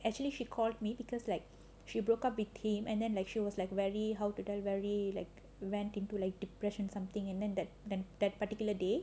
actually she called me because like she broke up with him and then like she was like really how to tell like went into like depression something and then that that that particular day